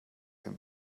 him